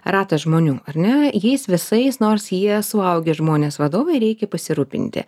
ratas žmonių ar ne jais visais nors jie suaugę žmonės vadovai reikia pasirūpinti